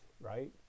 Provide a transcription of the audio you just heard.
right